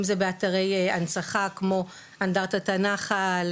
אם זה באתרי הנצחה כמו אנדרטת הנח"ל,